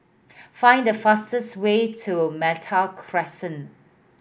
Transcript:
find the fastest way to Malta Crescent